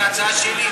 היא הצעה שלי,